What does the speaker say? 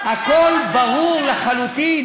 הכול ברור לחלוטין,